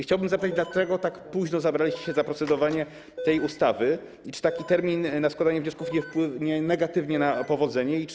Chciałbym zapytać, dlaczego tak późno zabraliście się za procedowanie nad tą ustawą i czy taki termin na składanie wniosków nie wpłynie negatywnie na powodzenie tej ustawy.